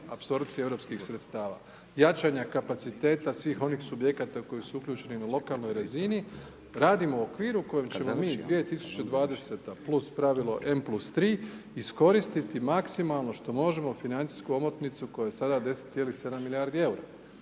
apsorpcije europskih sredstava, jačanja kapaciteta svih onih subjekata koji su uključeni na lokalnoj razini radimo u okviru u kojem ćemo mi 2020. plus pravilo n+3 iskoristiti maksimalno što možemo financijsku omotnicu koja je sada 10,7 milijardi EUR-a.